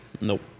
nope